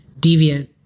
deviant